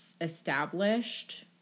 established